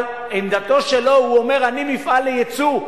אבל עמדתו שלו, הוא אומר: אני מפעל ליצוא.